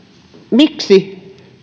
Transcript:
miksi